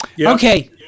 Okay